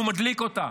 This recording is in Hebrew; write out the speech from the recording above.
והוא מדליק אותה.